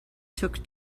took